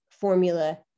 formula